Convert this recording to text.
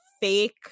fake